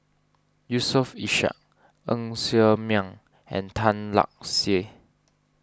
Yusof Ishak Ng Ser Miang and Tan Lark Sye